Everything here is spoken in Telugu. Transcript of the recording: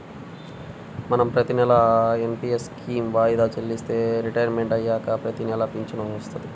మనం ప్రతినెలా ఎన్.పి.యస్ స్కీమ్ వాయిదా చెల్లిస్తే రిటైర్మంట్ అయ్యాక ప్రతినెలా పింఛను వత్తది